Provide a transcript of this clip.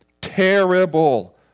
Terrible